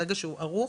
ברגע שהוא ערוך,